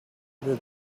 did